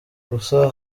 gusa